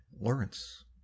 Lawrence